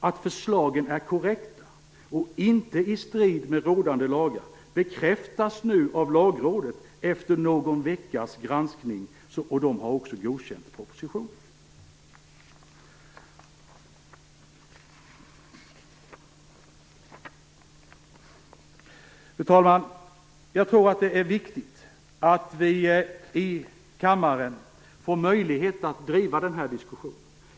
Att förslagen är korrekta och inte i strid med rådande lagar bekräftas nu av Lagrådet efter någon veckas granskning, och de har även godkänt propositionen. Fru talman! Jag tror att det är viktigt att vi i kammaren får möjlighet att föra den här diskussionen.